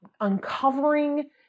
uncovering